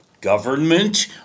government